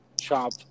chop